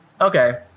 Okay